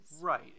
Right